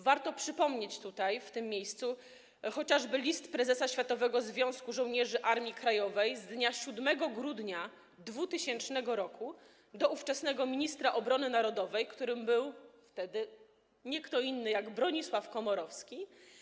Warto w tym miejscu przypomnieć chociażby list prezesa Światowego Związku Żołnierzy Armii Krajowej z dnia 7 grudnia 2000 r. do ówczesnego ministra obrony narodowej, którym był wtedy nie kto inny jak Bronisław Komorowski.